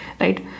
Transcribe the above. right